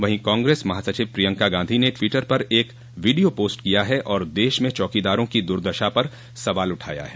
वहीं कांग्रेस महासचिव प्रियंका गांधी ने ट्वीटर पर एक वीडियो पोस्ट किया है और देश में चौकीदारों की दुर्दशा पर सवाल उठाया है